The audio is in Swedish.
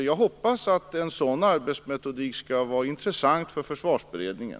Jag hoppas att en sådan arbetsmetodik skall vara intressant för Försvarsberedningen.